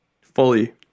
fully